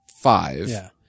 five